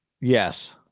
Yes